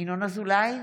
ינון אזולאי,